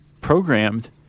programmed